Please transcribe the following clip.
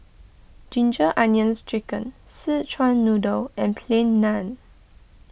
Ginger Onions Chicken Szechuan Noodle and Plain Naan